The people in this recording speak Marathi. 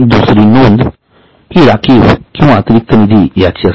दुसरी नोंद हि राखीव किंवा अतिरिक्त निधी याची असते